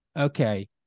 Okay